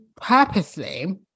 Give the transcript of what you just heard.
purposely